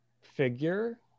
figure